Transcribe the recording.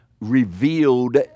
revealed